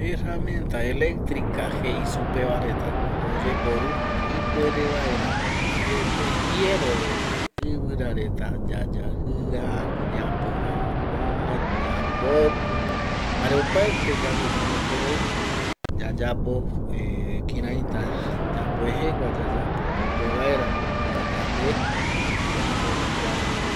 Herramienta electrica jei supeva retako oyeporu ipuere vaera opaete jiero reta ivira reta yayajia ñapijaja, yambopu jare eopaete yande ñanekirei yayapo kiraita yamboejegua yayapo pipe vaerako kua kua yande yaiporu kua mbae